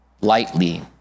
lightly